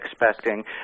expecting